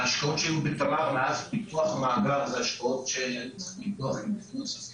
ההשקעות שהיו בתמר מאז פיתוח המאגר זה השקעות שהיו צריכות --- להפיק